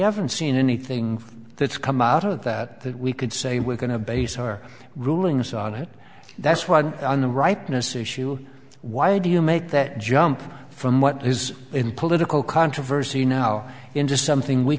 haven't seen anything that's come out of that that we could say we're going to base our rulings on it that's one on the rightness issue why do you make that jump from what is in political controversy now into something we